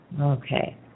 Okay